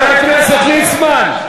הכנסת ליצמן.